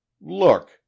look